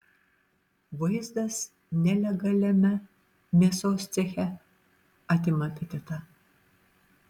vaizdas nelegaliame mėsos ceche atima apetitą